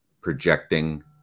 projecting